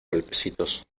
golpecitos